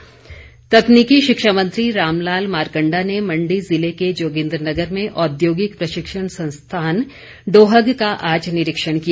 मारकंडा तकनीकी शिक्षा मंत्री रामलाल मारकंडा ने मंडी जिले के जोगिंद्रनगर में औद्योगिक प्रशिक्षण संस्थान डोहग का आज निरिक्षण किया